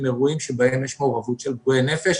אירועים שבהם יש מעורבות של פגועי נפש.